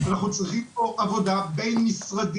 אנחנו צריכים פה עבודה בין-משרדית,